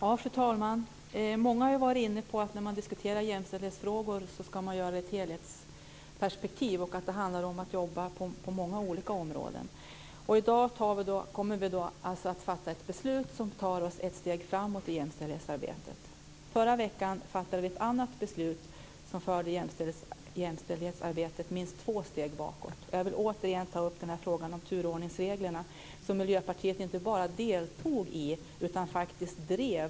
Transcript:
Fru talman! Många har varit inne på att man ska diskutera jämställdhetsfrågor ur ett helhetsperspektiv och att det handlar om att jobba på många olika områden. I dag kommer vi att fatta ett beslut som tar oss ett steg framåt i jämställdhetsarbetet. Förra veckan fattade vi ett annat beslut som förde jämställdhetsarbetet minst två steg bakåt. Jag vill återigen ta upp beslutet om en ändring av turordningsreglerna som Miljöpartiet inte bara deltog i utan som man faktiskt också drev.